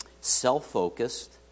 self-focused